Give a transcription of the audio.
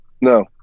No